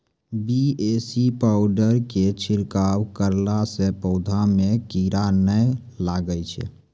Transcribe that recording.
BAC powder के छिड़काव करला से पौधा मे कीड़ा नैय लागै छै?